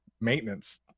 maintenance